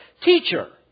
Teacher